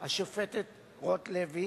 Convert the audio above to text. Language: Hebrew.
השופטת רוטלוי,